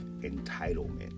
entitlement